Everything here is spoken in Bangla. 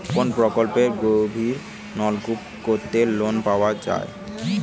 কোন প্রকল্পে গভির নলকুপ করতে লোন পাওয়া য়ায়?